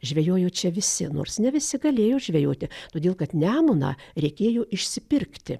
žvejojo čia visi nors ne visi galėjo žvejoti todėl kad nemuną reikėjo išsipirkti